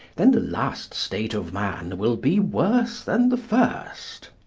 then the last state of man will be worse than the first.